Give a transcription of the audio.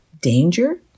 danger